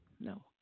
no